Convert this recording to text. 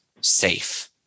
safe